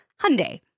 Hyundai